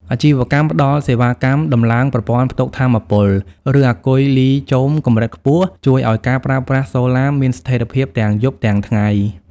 អាជីវកម្មផ្ដល់សេវាកម្មដំឡើងប្រព័ន្ធផ្ទុកថាមពល ឬអាគុយលីចូមកម្រិតខ្ពស់ ជួយឱ្យការប្រើប្រាស់សូឡាមានស្ថិរភាពទាំងយប់ទាំងថ្ងៃ។